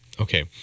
okay